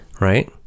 right